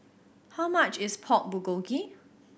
how much is Pork Bulgogi